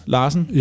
Larsen